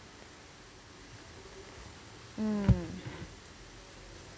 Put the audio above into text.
mm